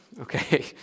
okay